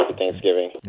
um thanksgiving